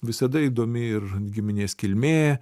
visada įdomi ir giminės kilmė